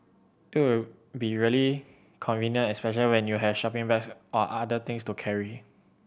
it would be really convenient especially when you have shopping bags or other things to carry